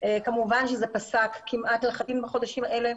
כמובן שזה פסק כמעט לחלוטין בחודשים האלה,